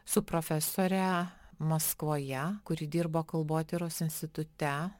su profesore maskvoje kuri dirbo kalbotyros institute